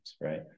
right